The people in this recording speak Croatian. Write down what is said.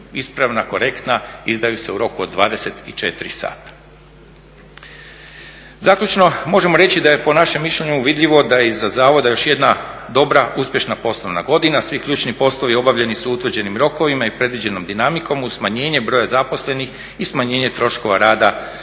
ispravna, korektna izdaju se u roku od 24 sata. Zaključno možemo reći da je po našem mišljenju vidljivo da je iza zavoda još jedna dobra uspješna poslovna godina, svi ključni poslovi obavljeni su u utvrđenim rokovima i predviđenom dinamikom uz smanjenje broja zaposlenih i smanjenje troškova rada stručne